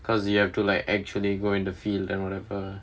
because you have to like actually go into the field and whatever